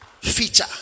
feature